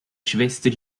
schwester